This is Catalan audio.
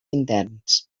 interns